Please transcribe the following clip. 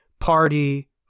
Party